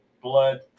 blood